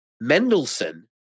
Mendelssohn